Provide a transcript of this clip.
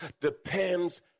depends